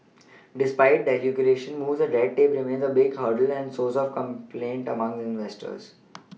despite deregulation moves red tape remains a big hurdle and source of complaint among investors